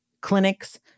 clinics